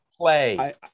play